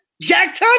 Jack